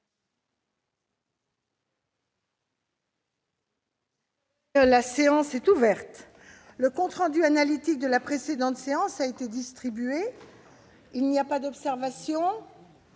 La séance est ouverte. Le compte rendu analytique de la précédente séance a été distribué. Il n'y a pas d'observation ?